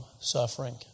suffering